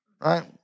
Right